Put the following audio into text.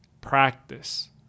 Practice